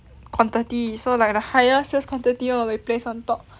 quantity so like the higher sales quantity [one] will be placed on top